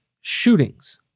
shootings